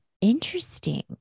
Interesting